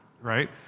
right